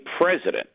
president